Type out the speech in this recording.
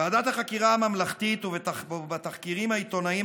בוועדת החקירה הממלכתית ובתחקירים העיתונאיים